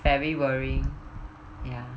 very worrying ya